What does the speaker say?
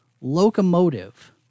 locomotive